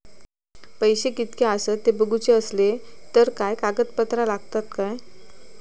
पैशे कीतके आसत ते बघुचे असले तर काय कागद पत्रा लागतात काय?